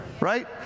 right